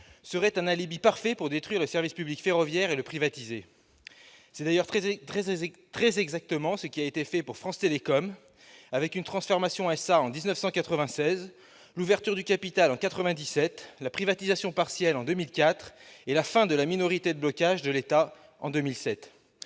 serait un alibi parfait pour détruire le service public ferroviaire et le privatiser. C'est d'ailleurs très exactement ce qui a été fait pour France Télécom : transformation en SA en 1996, ouverture du capital en 1997, privatisation partielle en 2004 et fin de la minorité de blocage de l'État en 2007.